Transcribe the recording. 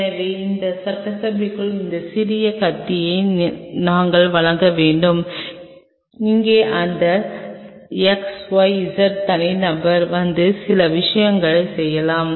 எனவே இந்த சட்டசபைக்குள் அந்த சிறிய கத்தியை நாங்கள் வழங்க வேண்டும் அங்கு அந்த xyz தனிநபர் வந்து சில விஷயங்களைச் செய்யலாம்